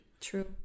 true